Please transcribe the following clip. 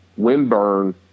windburn